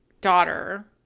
daughter